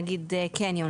נגיד,